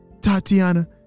Tatiana